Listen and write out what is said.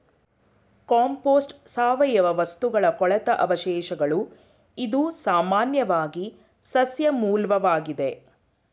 compost ಸಾವಯವ ವಸ್ತುಗಳ ಕೊಳೆತ ಅವಶೇಷಗಳು ಇದು ಸಾಮಾನ್ಯವಾಗಿ ಸಸ್ಯ ಮೂಲ್ವಾಗಿದೆ